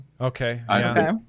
Okay